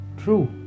True